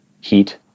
heat